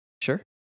Sure